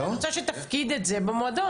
אני רוצה שתפקיד את זה במועדון.